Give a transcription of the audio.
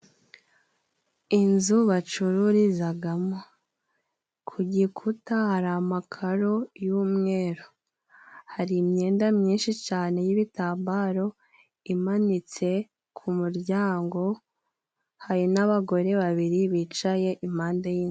Inzu bacururizagamo ku gikuta hari amakaro y'umweru hari imyenda myinshi cane y'ibitambaro imanitse ku muryango hari n'abagore babiri bicaye impande y'inzu